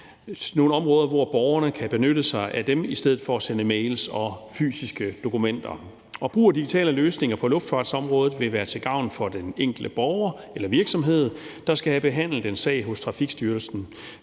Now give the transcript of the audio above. nogle områder, hvor borgerne kan benytte sig af dem i stedet for at sende mails og fysiske dokumenter. Brug af digitale løsninger på luftfartsområdet vil være til gavn for den enkelte borger eller virksomhed, der skal have behandlet en sag hos Trafikstyrelsen,